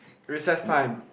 recess time